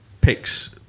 picks